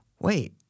wait